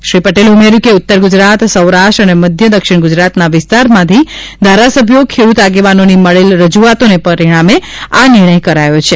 શ્રી પટેલે ઉમેર્યુ કે ઉત્તર ગુજરાત સૌરાષ્ટ્ર અને મધ્ય દક્ષિણ ગુજરાતના વિસ્તારમાંથી ધારાસભ્યો ખેડૂત આગેવાનોની મળેલ રજુઆતોને પરિણામે આ નિર્ણય કરાયો છે